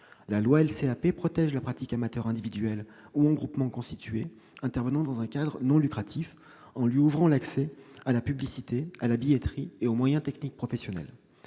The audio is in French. patrimoine protège ainsi la pratique amateur individuelle ou en groupement constitué intervenant dans un cadre non lucratif en lui ouvrant l'accès à la publicité, à la billetterie et aux moyens techniques professionnels.